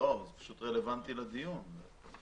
זה פשוט רלוונטי לדיון.